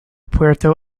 puerto